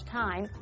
time